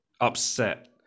upset